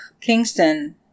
Kingston